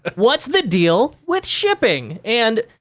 what's the deal with shipping? and,